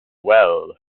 well